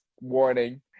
warning